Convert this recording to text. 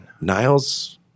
Niles